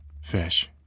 Fish